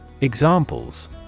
Examples